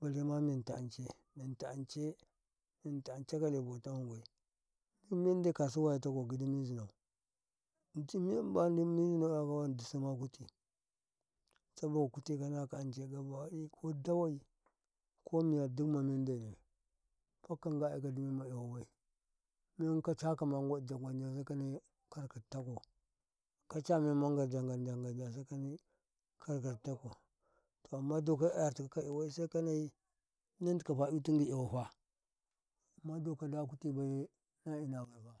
bale ma menta ance menta ance menta ance kale bata men gwau dik men dai kasuwa itako gidi mizuno an cai mun di mi zime "ya wano di sumu kuti sabi kuti ngana ka ance kodowai ma mendene pokkonga acka di mem ma "ya bai men ka chakama sai kanai kar katoko kacha memma sai ngaja ngaja sai ka nai kor katako daka "yor tikaka "yawage sakanai ita ka "yawo amma doka da kuti bai yeta na ina bai.